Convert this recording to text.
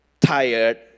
tired